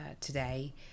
today